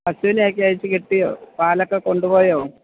പശുവിനെയൊക്കെ അഴിച്ചുകെട്ടിയോ പാലൊക്കെ കൊണ്ടുപോയോ